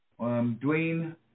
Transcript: Dwayne